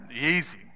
Easy